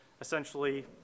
essentially